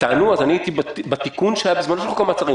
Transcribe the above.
אני הייתי בתיקון שהיה בזמנו בחוק המעצרים,